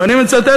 ואני מצטט,